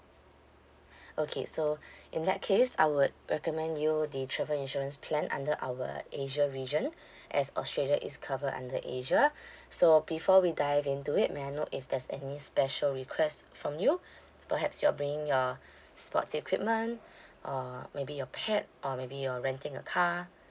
okay so in that case I would recommend you the travel insurance plan under our asia region as australia is covered under asia so before we dive into it may I know if there's any special requests from you perhaps you're bringing your sports equipment or maybe your pet or maybe you're renting a car